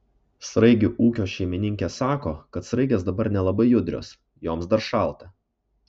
sraigių ūkio šeimininkė sako kad sraigės dabar nelabai judrios joms dar šalta